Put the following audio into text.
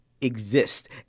exist